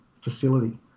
facility